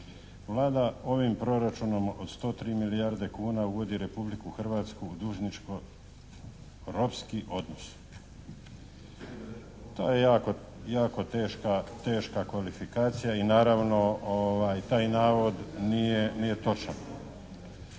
«Vlada ovim Proračunom od 103 milijarde kuna uvodi Republiku Hrvatsku u dužničko ropski odnos. To je jako, jako teška, teška kvalifikacija i naravno taj navod nije, nije točan.